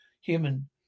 human